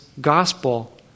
gospel